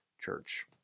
church